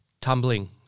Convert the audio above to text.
tumbling